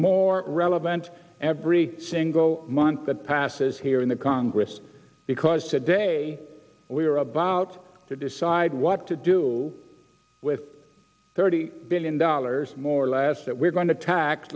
more relevant every single month that passes here in the congress because today we are about to decide what to do with thirty billion dollars more or less that we're going to tax